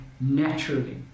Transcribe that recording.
naturally